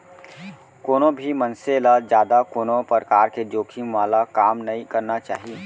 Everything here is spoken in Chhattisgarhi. कोनो भी मनसे ल जादा कोनो परकार के जोखिम वाला काम नइ करना चाही